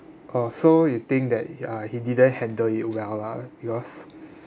oh so you think that h~ uh he didn't handle it well lah yours